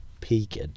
peaked